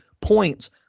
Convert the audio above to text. points